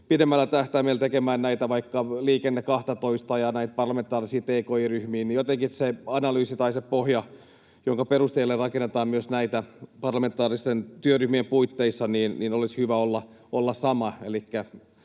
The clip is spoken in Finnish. pidemmällä tähtäimellä tekemään vaikka Liikenne 12:ta ja näitä parlamentaarisia tki-ryhmiä, jotenkin niin, että sen analyysin, sen pohjan, jonka perusteella rakennetaan näitä myös parlamentaaristen työryhmien puitteissa, olisi hyvä olla sama.